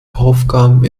aufgaben